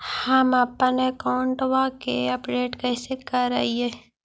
हमपन अकाउंट वा के अपडेट कैसै करिअई?